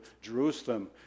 Jerusalem